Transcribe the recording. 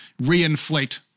reinflate